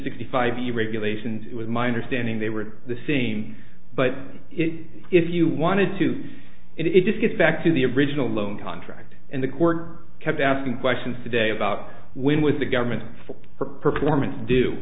sixty five you regulations it was my understanding they were the same but if you wanted to do it it just gets back to the original loan contract and the court kept asking questions today about when with the government for her performance do